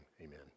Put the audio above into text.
amen